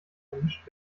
vermischt